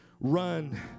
run